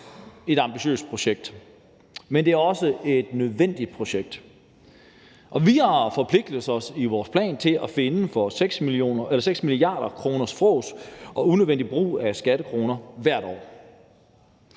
et ambitiøst projekt, men det er også et nødvendigt projekt. Vi har forpligtet os til i vores plan at finde for 6 mia. kr. frås og unødvendig brug af skattekroner hvert år.